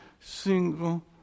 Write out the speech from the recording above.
single